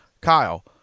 kyle